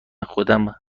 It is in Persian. خودم